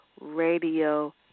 Radio